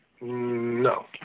No